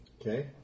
Okay